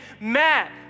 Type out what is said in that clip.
Matt